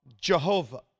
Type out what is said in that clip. Jehovah